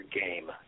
game